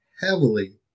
heavily